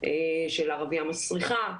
של ערבייה מסריחה,